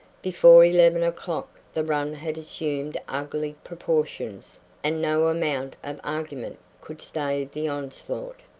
before eleven o'clock the run had assumed ugly proportions and no amount of argument could stay the onslaught.